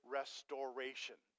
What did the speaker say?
restoration